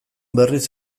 berriz